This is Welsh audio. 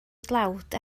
dlawd